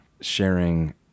sharing